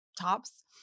tops